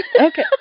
Okay